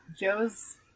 Joe's